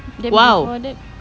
!wow!